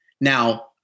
Now